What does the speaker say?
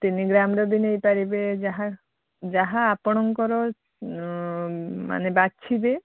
ତିନି ଗ୍ରାମର ବି ନେଇପାରିବେ ଯାହା ଯାହା ଆପଣଙ୍କର ମାନେ ବାଛିବେ